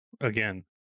again